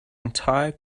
entire